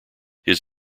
his